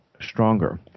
stronger